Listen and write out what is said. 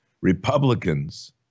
Republicans